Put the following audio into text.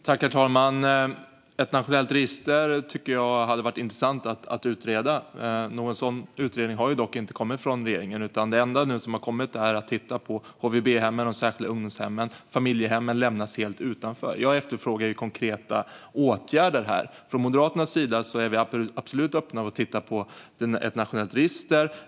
Herr talman! Ett nationellt register hade varit intressant att utreda. Någon sådan utredning har dock inte kommit från regeringen. Det enda som har kommit är att man ska titta på HVB-hemmen och de särskilda ungdomshemmen. Familjehemmen lämnas helt utanför. Jag efterfrågar konkreta åtgärder. Moderaterna är absolut öppna för att titta på ett nationellt register.